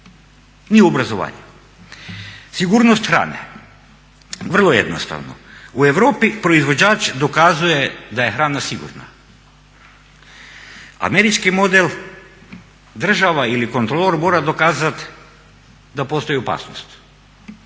ni u obrazovanju. Sigurnost hrane, vrlo jednostavno, u Europi proizvođač dokazuje da je hrana sigurna, američki model država ili kontrolor mora dokazati da postoji opasnost,